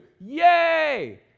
Yay